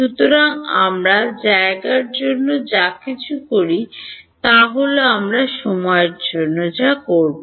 সুতরাং আমরা জায়গার জন্য যা কিছু করি তা হল আমরা সময়ের জন্য যা করব